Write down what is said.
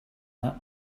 that